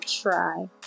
try